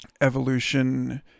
evolution